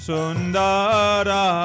Sundara